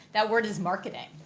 that word is marketing.